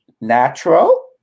natural